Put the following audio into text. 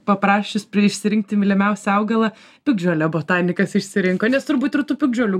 paprašius pri išsirinkti mylimiausią augalą piktžolę botanikas išsirinko nes turbūt ir tų piktžolių